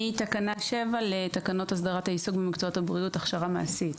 מתקנה 7 לתקנות הסדרת העיסוק במקצועות הבריאות (הכשרה מעשית).